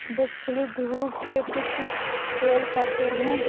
दक्षिणी ध्रुव के कुछ पेड़ सॉफ्टवुड हैं